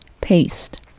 paste